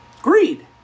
Greed